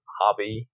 hobby